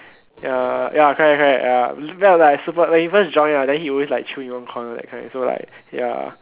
ya ya correct correct ya he was like super when he first join right he was always like chill in one corner that kind so like ya